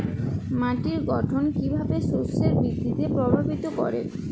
মাটির গঠন কীভাবে শস্যের বৃদ্ধিকে প্রভাবিত করে?